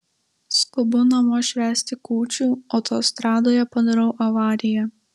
skubu namo švęsti kūčių autostradoje padarau avariją